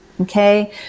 Okay